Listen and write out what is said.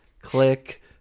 click